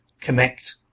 connect